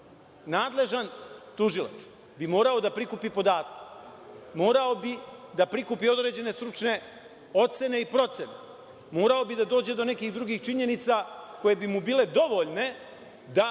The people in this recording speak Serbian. nadležan tužilac bi morao da prikupi podatke, morao bi da prikupi određene stručne ocene i procene. Morao bi da dođe do nekih drugih činjenica koje bi mu bile dovoljne da